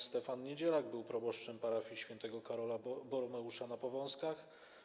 Ks. Stefan Niedzielak był proboszczem parafii św. Karola Boromeusza na Powązkach.